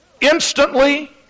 instantly